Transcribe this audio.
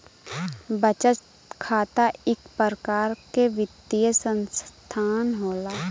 बचत खाता इक परकार के वित्तीय सनसथान होला